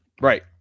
right